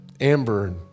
Amber